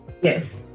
Yes